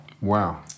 Wow